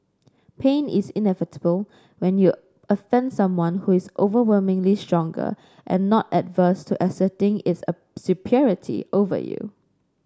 pain is inevitable when you offend someone who is overwhelmingly stronger and not averse to asserting its superiority over you